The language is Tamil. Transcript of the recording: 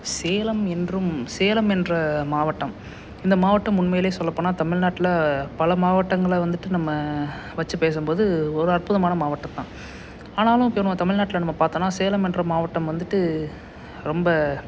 சேலம் என்றும் சேலம் என்ற மாவட்டம் இந்த மாவட்டம் உண்மையிலே சொல்லப்போனால் தமிழ்நாட்டில் பல மாவட்டங்களை வந்துட்டு நம்ம வைச்சு பேசும்போது ஒரு அற்புதமான மாவட்டம்தான் ஆனாலும் இப்போ நம்ம தமிழ்நாட்டில் நம்ம பார்த்தோன்னா சேலம் என்ற மாவட்டம் வந்துட்டு ரொம்ப